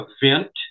event